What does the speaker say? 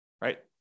Right